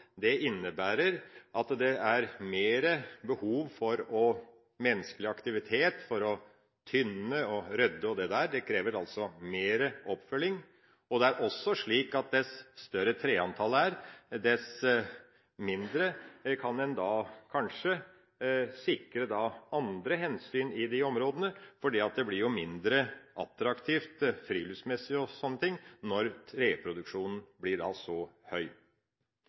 behov for menneskelig aktivitet – å tynne og rydde krever mer oppfølging – og det er også slik at dess større treantallet er, dess mindre kan en kanskje sikre andre hensyn i de områdene, for det blir mindre attraktivt bl.a. friluftsmessig når treproduksjonen blir så høy.